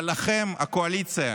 אבל לכם בקואליציה